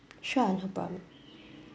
sure no problem